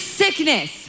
sickness